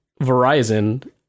Verizon